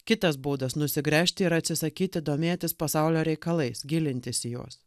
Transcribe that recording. kitas būdas nusigręžti ir atsisakyti domėtis pasaulio reikalais gilintis į juos